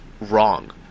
wrong